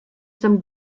some